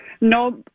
No